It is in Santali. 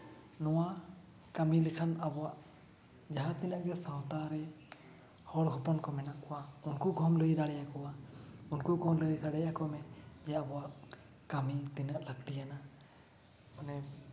ᱱᱚᱣᱟ ᱠᱟᱹᱢᱤ ᱞᱮᱠᱷᱟᱱ ᱟᱵᱚᱣᱟᱜ ᱡᱟᱦᱟᱸ ᱛᱤᱱᱟᱹᱜ ᱜᱮ ᱥᱟᱶᱛᱟ ᱨᱮ ᱦᱚᱲ ᱦᱚᱯᱚᱱ ᱠᱚ ᱢᱮᱱᱟᱜ ᱠᱚᱣᱟ ᱩᱱᱠᱩ ᱠᱚᱦᱚᱸᱢ ᱞᱟᱹᱭ ᱫᱟᱲᱮᱭᱟ ᱠᱚᱣᱟ ᱩᱱᱠᱩ ᱠᱚᱦᱚᱸ ᱞᱟᱹᱭ ᱫᱟᱲᱮ ᱟᱠᱚᱢᱮ ᱡᱮ ᱟᱵᱚᱣᱟᱭᱜ ᱠᱟᱹᱢᱤ ᱛᱤᱱᱟᱹᱜ ᱞᱟᱹᱠᱛᱤᱭᱟᱱᱟᱜ ᱢᱟᱱᱮ